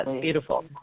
beautiful